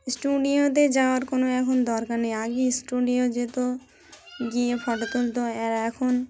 স্টুডিওতে যাওয়ার কোনো এখন দরকার নেই আগে স্টুডিও যেত গিয়ে ফটো তুলত আর এখন